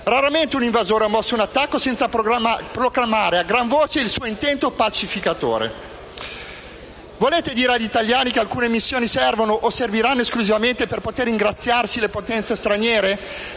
Raramente un invasore ha mosso un attacco senza proclamare a gran voce il suo intento pacificatore. Volete dire agli italiani che alcune missioni servono o serviranno esclusivamente per potersi ingraziare le potenze straniere?